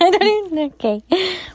Okay